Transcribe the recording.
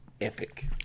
epic